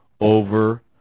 over